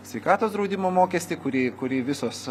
sveikatos draudimo mokestį kurį kurį visos